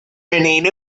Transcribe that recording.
them